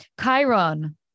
Chiron